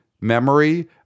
Memory